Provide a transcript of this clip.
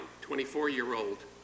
24-year-old